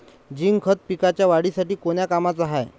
Zinc खत पिकाच्या वाढीसाठी कोन्या कामाचं हाये?